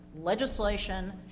legislation